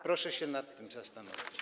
Proszę się nad tym zastanowić.